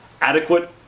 Adequate